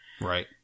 Right